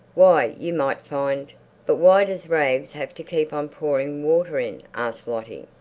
why you might find but why does rags have to keep on pouring water in? asked lottie.